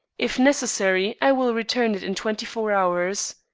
if necessary, i will return it in twenty-four hours.